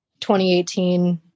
2018